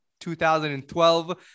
2012